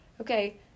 okay